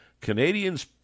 Canadians